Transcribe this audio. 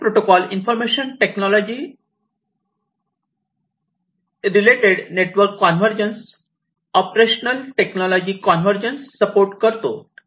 TSN protocol information technology related network convergence operational technology convergence support करतो